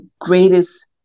greatest